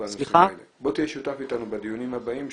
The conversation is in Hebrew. בוא תהיה שותף איתנו בדיונים הבאים,